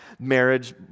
marriage